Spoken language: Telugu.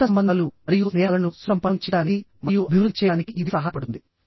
కొత్త సంబంధాలు మరియు స్నేహాలను సుసంపన్నం చేయడానికి మరియు అభివృద్ధి చేయడానికి ఇది సహాయపడుతుంది